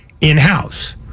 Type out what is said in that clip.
in-house